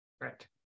Right